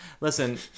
Listen